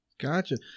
Gotcha